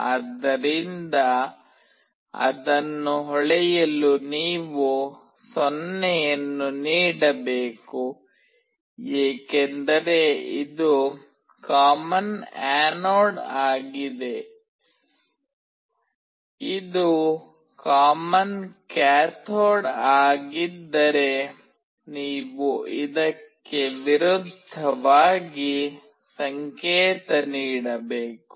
ಆದ್ದರಿಂದ ಅದನ್ನು ಹೊಳೆಯಲು ನೀವು 0 ಅನ್ನು ನೀಡಬೇಕು ಏಕೆಂದರೆ ಇದು ಕಾಮನ್ ಆನೋಡ್ ಆಗಿದೆ ಇದು ಕಾಮನ್ ಕ್ಯಾಥೋಡ್ ಆಗಿದ್ದರೆ ನೀವು ಇದಕ್ಕೆ ವಿರುದ್ಧವಾಗಿ ಸಂಕೇತ ನೀಡಬೇಕು